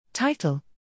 Title